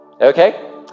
Okay